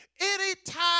Anytime